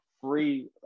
free